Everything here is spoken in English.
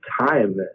time